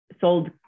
sold